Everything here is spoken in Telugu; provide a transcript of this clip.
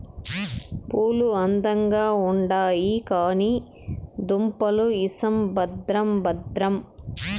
పూలు అందంగా ఉండాయి కానీ దుంపలు ఇసం భద్రం భద్రం